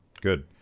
Good